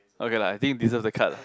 okay lah I think deserve the card lah